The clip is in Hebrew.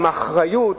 עם אחריות,